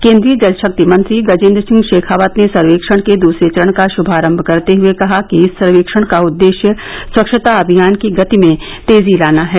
केन्द्रीय जलशक्ति मंत्री गजेन्द्र सिंह शेखावत ने सर्वेक्षण के दूसरे चरण का शुभारम्भ करते हुए कहा कि इस सर्वेक्षण का उद्देश्य स्वच्छता अभियान की गति में तेजी लाना है